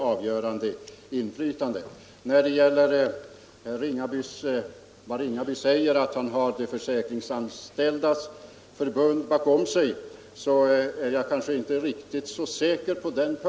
Herr Ringaby säger att han har Försäkringsanställdas förbund bakom sig. Jag är inte riktigt säker på det.